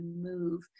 move